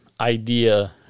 idea